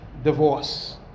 Divorce